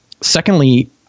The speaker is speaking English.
secondly